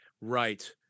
Right